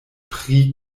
pri